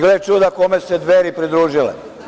Gle čuda kome su se Dveri pridružile.